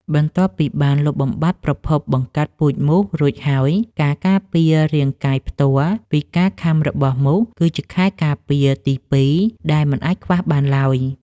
បន្ទាប់ពីបានលុបបំបាត់ប្រភពបង្កាត់ពូជមូសរួចហើយ ការការពាររាងកាយផ្ទាល់ពីការខាំរបស់មូសគឺជាខ្សែការពារទីពីរដែលមិនអាចខ្វះបានឡើយ។